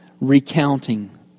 recounting